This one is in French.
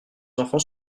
enfants